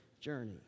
journey